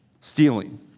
stealing